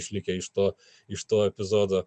išlikę iš to iš to epizodo